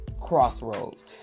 crossroads